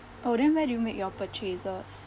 oh then where do you make your purchases